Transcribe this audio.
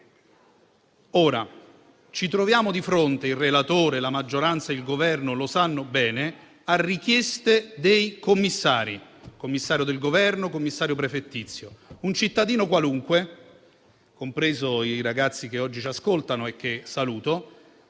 Ci troviamo di fronte - e il relatore, la maggioranza e il Governo lo sanno bene - a richieste dei commissari: il commissario del Governo e il commissario prefettizio. Un cittadino qualunque - compresi i ragazzi che oggi ci ascoltano e che saluto